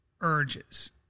urges